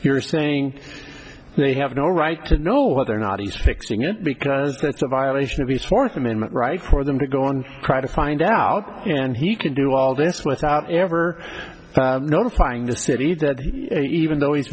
time you're saying they have no right to know whether or not he's fixing it because that's a violation of his fourth amendment rights for them to go on try to find out and he can do all this without ever notifying the city that even though he's